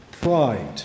Pride